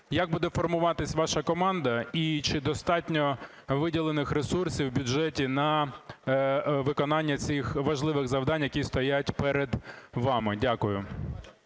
Як буде формуватися ваша команда? І чи достатньо виділених ресурсів в бюджеті на виконання цих важливих завдань, які стоять перед вами? Дякую.